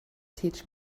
teach